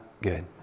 good